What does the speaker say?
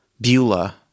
Beulah